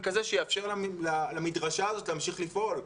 כזה שיאפשר למדרשה הזאת להמשיך לפעול.